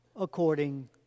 according